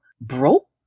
broke